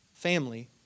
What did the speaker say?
family